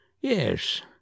Yes